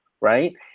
Right